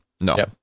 No